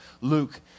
Luke